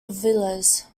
villas